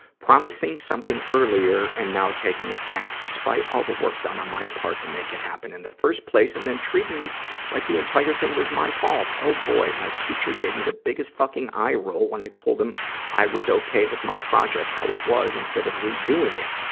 promising something earlier and now taking it back, despite all the work done on my part to make it happen in the first place and then treating me life like the entire thing was my fault. oh boy! my teacher gave me the biggest fucking eye roll when i told him i was okay with my project how it was instead of redoing it.